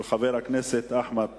של חבר הכנסת אחמד טיבי.